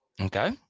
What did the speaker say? Okay